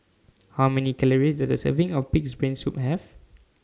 How Many Calories Does A Serving of Pig'S Brain Soup Have